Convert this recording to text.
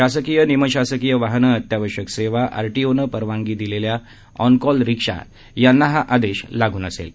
शासकीय निम शासकीय वाहनं अत्यावश्यक सेवा आर टीओ नं परवानगी दिलेल्या ऑन कॉल रिक्षा यांना हा आदेश लागू नसेल